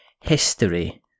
history